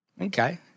Okay